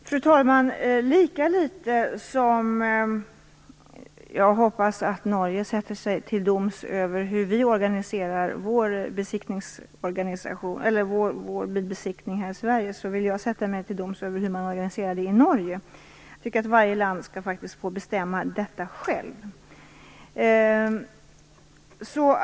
Fru talman! Lika litet som jag hoppas att Norge sätter till sig doms över hur vi organiserar vår bilbesiktning här i Sverige vill jag sätta mig till doms över hur man organiserar den i Norge. Jag tycker att varje land skall få bestämma detta självt.